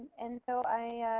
and so i,